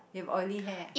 you have oily hair ah